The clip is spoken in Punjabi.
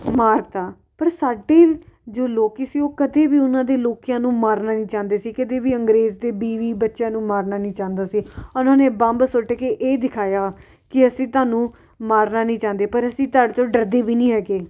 ਮਾਰਤਾ ਪਰ ਸਾਡੇ ਜੋ ਲੋਕ ਸੀ ਉਹ ਕਦੇ ਵੀ ਉਹਨਾਂ ਦੇ ਲੋਕਾਂ ਨੂੰ ਮਾਰਨਾ ਨਹੀਂ ਚਾਹੁੰਦੇ ਸੀ ਕਦੇ ਵੀ ਅੰਗਰੇਜ਼ ਦੇ ਬੀਵੀ ਬੱਚਿਆਂ ਨੂੰ ਮਾਰਨਾ ਨਹੀਂ ਚਾਹੁੰਦਾ ਸੀ ਉਹਨਾਂ ਨੇ ਬੰਬ ਸੁੱਟ ਕੇ ਇਹ ਦਿਖਾਇਆ ਕਿ ਅਸੀਂ ਤੁਹਾਨੂੰ ਮਾਰਨਾ ਨਹੀਂ ਚਾਹੁੰਦੇ ਪਰ ਅਸੀਂ ਤੁਹਾਡੇ ਤੋਂ ਡਰਦੇ ਵੀ ਨਹੀਂ ਹੈਗੇ